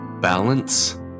balance